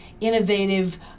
innovative